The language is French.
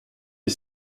est